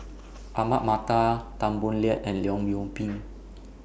Ahmad Mattar Tan Boo Liat and Leong Yoon Pin